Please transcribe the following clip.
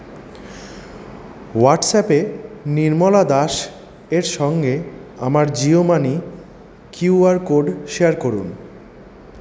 হোয়াটসঅ্যাপে নির্মলা দাস এর সঙ্গে আমার Jio money Q R code share করুন